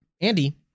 Andy